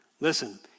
Listen